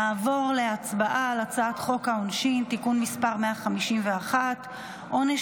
נעבור להצבעה על הצעת חוק העונשין (תיקון מס' 151) (עונש